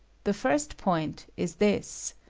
the first point is this.